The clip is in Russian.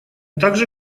также